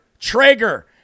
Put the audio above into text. Traeger